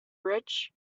rich